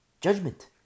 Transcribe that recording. Judgment